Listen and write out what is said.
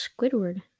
Squidward